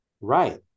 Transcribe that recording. right